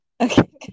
Okay